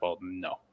no